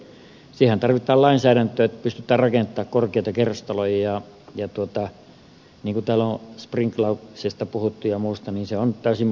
siihen tarvitaan lainsäädäntöä että pystytään rakentamaan korkeita kerrostaloja ja kun täällä on sprinklauksesta puhuttu ja muusta se on täysin mahdollista